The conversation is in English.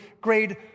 grade